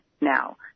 now